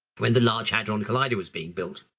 when the large hadron collider was being built.